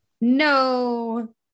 No